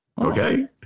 Okay